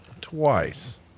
twice